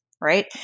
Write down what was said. right